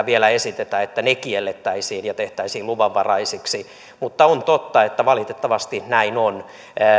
vielä esitetä että ne kiellettäisiin ja tehtäisiin luvanvaraisiksi mutta on totta että valitettavasti näin on